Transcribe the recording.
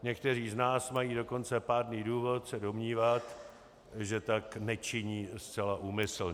Někteří z nás mají dokonce pádný důvod se domnívat, že tak nečiní zcela úmyslně.